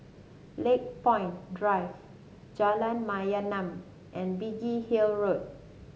Lakepoint Drive Jalan Mayaanam and Biggin Hill Road